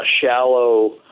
shallow